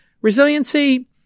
Resiliency